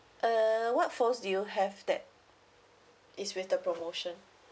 err what phones do you have that is with the promotion